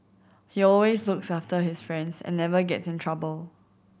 he always looks after his friends and never gets in trouble